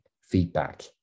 feedback